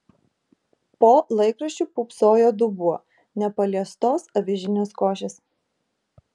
po laikraščiu pūpsojo dubuo nepaliestos avižinės košės